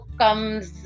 comes